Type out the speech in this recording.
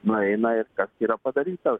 nueina ir kas yra padaryta